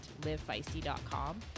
livefeisty.com